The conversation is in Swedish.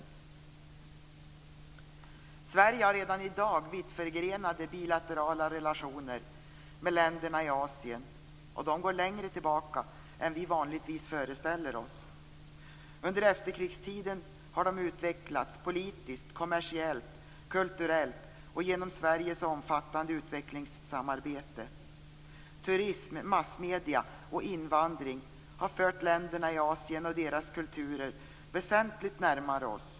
Sverige har redan i dag vittförgrenade bilaterala relationer med länderna i Asien, och de går längre tillbaka än vi vanligtvis föreställer oss. Under efterkrigstiden har de utvecklats politiskt, kommersiellt, kulturellt och genom Sveriges omfattande utvecklingssamarbete. Turism, massmedier och invandring har fört länderna i Asien och deras kulturer väsentligt närmare oss.